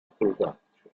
production